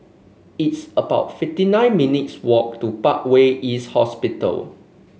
it's about fifty nine minutes' walk to Parkway East Hospital